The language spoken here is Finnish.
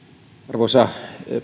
arvoisa